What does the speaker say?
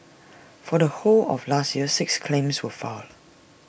for the whole of last year six claims were filed